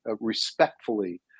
respectfully